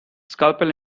scalpel